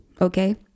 Okay